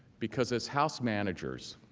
because as house managers,